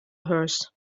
hers